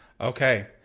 Okay